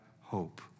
hope